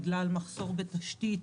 בגלל מחסור בתשתית,